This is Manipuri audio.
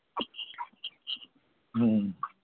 ꯎꯝ